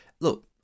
look